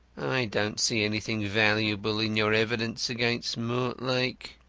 i don't see anything valuable in your evidence against mortlake.